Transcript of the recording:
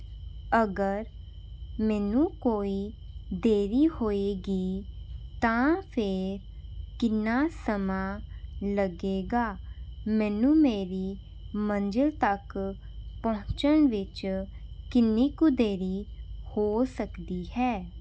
ਅਗਰ ਮੈਨੂੰ ਕੋਈ ਦੇਰੀ ਹੋਵੇਗੀ ਤਾਂ ਫਿਰ ਕਿੰਨਾ ਸਮਾਂ ਲੱਗੇਗਾ ਮੈਨੂੰ ਮੇਰੀ ਮੰਜ਼ਿਲ ਤੱਕ ਪਹੁੰਚਣ ਵਿੱਚ ਕਿੰਨੀ ਕੁ ਦੇਰੀ ਹੋ ਸਕਦੀ ਹੈ